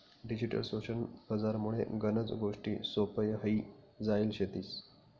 digital social बजार मुळे गनच गोष्टी सोप्प्या व्हई जायल शेतीस